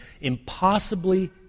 impossibly